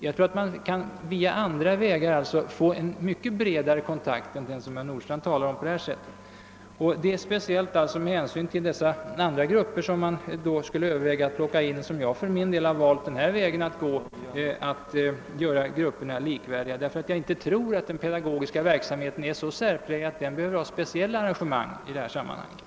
Jag tror att man på andra vägar kan få en mycket bredare kontakt än den som herr Nordstrandh talar om. Det är speciellt med hänsyn till de andra grupper man skulle föra in som jag föreslår denna väg att göra grupperna likvärdiga. Jag tror som sagt inte att den pedagogiska verksamheten är så särpräglad att den erfordrar detta speciella arrangemang som fackrepresentation innebär.